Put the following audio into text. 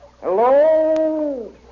Hello